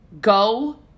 Go